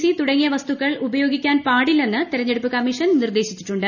C തുടങ്ങിയ വസ്തുക്കൾ ഉപയോഗിക്കാൻ പാടില്ലെന്ന് തെരഞ്ഞെടുപ്പ് കമ്മീഷൻ നിർദ്ദേശിച്ചിട്ടുണ്ട്